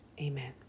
amen